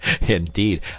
indeed